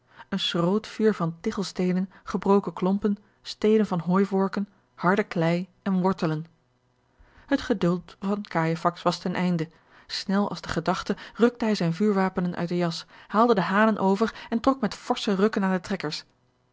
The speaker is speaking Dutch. aan een schrootvuur van tigchelsteenen gebroken klompen stelen van hooivorken harde klei en wortelen het geduld van cajefax was ten einde snel als de gedachte rukte hij zijne vuurwapenen uit den jas haalde de hanen over en trok met forsche rukken aan de trekkers